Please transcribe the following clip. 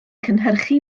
cynhyrchu